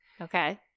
Okay